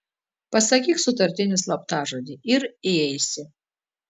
pasakyk sutartinį slaptažodį ir įeisi